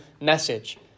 message